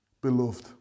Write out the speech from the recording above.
beloved